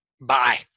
Bye